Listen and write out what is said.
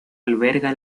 alberga